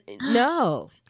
no